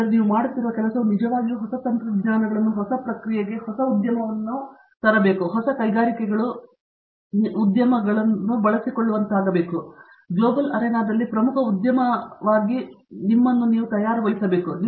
ಅದು ನೀವು ಮಾಡುತ್ತಿರುವ ಕೆಲಸವು ನಿಜವಾಗಿಯೂ ಹೊಸ ತಂತ್ರಜ್ಞಾನಗಳನ್ನು ಹೊಸ ಪ್ರಕ್ರಿಯೆಗೆ ಹೊಸ ಉದ್ಯಮವನ್ನು ತರುತ್ತಿದೆ ಹೊಸ ಕೈಗಾರಿಕೆಗಳು ಉದ್ಯಮವನ್ನು ಬಳಸಿಕೊಳ್ಳಬಲ್ಲವು ಮತ್ತು ಗ್ಲೋಬಲ್ ಅರೆನಾದಲ್ಲಿ ಪ್ರಮುಖ ಉದ್ಯಮವಾಗಿ ತಮ್ಮನ್ನು ತಾವು ತಯಾರಿಸಬಹುದು